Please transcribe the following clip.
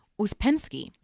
Uspensky